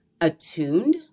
attuned